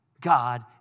God